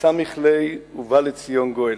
וסמיך ליה: "ובא לציון גואל".